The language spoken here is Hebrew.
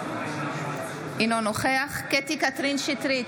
אינו נוכח קטי קטרין שטרית,